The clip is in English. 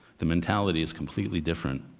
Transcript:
the mentality is completely different.